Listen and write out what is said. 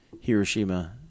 hiroshima